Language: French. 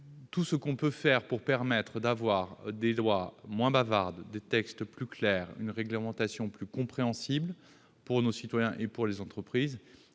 Tout ce que l'on peut faire pour avoir des lois moins bavardes, des textes plus clairs, une réglementation plus compréhensible pour nos citoyens et les entreprises